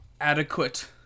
Adequate